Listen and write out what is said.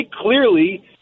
clearly